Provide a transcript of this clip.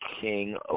King